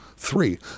Three